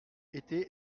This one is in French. était